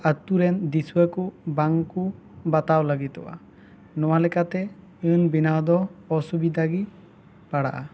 ᱟᱛᱳ ᱨᱮᱱ ᱫᱤᱥᱣᱟᱹ ᱠᱚ ᱵᱟᱝ ᱠᱚ ᱵᱟᱛᱟᱣ ᱞᱟᱹᱜᱤᱫᱚᱜ ᱟ ᱱᱚᱣᱟ ᱞᱮᱠᱟᱛᱮ ᱟᱹᱱ ᱵᱮᱱᱟᱣ ᱫᱚ ᱚᱥᱩᱵᱤᱫᱷᱟ ᱜᱮ ᱯᱟᱲᱟᱜ ᱟ